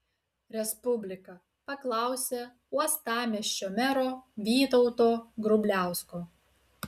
respublika paklausė uostamiesčio mero vytauto grubliausko